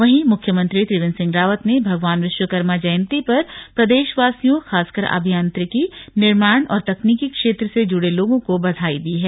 वहींमुख्यमंत्री त्रिवेन्द्र सिंह रावत ने भगवान विश्वकर्मा जयंती पर प्रदेशवासियों खासकर अभियांत्रिकी निर्माण और तकनीकी क्षेत्र से जुड़े लोगों को बधाई दी है